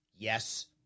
Yes